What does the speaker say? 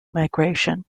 migration